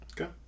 Okay